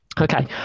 Okay